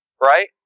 right